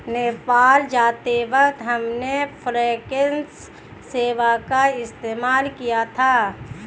नेपाल जाते वक्त हमने फॉरेक्स सेवा का इस्तेमाल किया था